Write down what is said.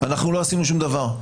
אנחנו לא עשינו שום דבר.